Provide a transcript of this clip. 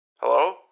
Hello